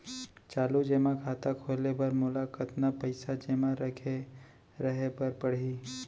चालू जेमा खाता खोले बर मोला कतना पइसा जेमा रखे रहे बर पड़ही?